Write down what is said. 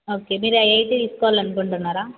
okay మీరు IIT తీసుకోవాలి అనుకుంటున్నారా